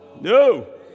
No